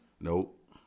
Nope